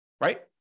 right